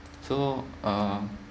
so um